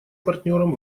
партнером